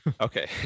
Okay